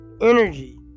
energy